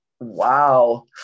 wow